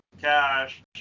cash